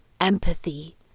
empathy